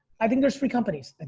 i think there's three companies. and